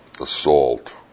assault